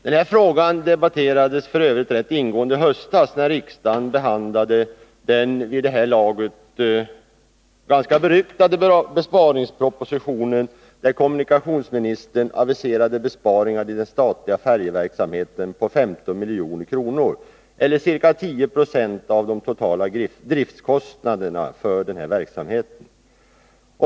Den här frågan debatterades f. ö. rätt ingående i höstas när riksdagen behandlade den vid det här laget ganska beryktade besparingspropositionen, där kommunikationsministern aviserade besparingar i den statliga färjeverksamheten på 15 milj.kr. eller ca 10 20 av de totala driftkostnaderna för den verksamheten.